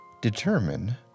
determine